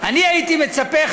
אני הייתי מצפה,